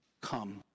come